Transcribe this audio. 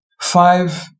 five